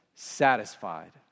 satisfied